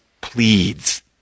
pleads